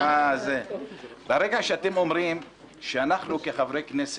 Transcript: או "אמר טיעון במתכוון",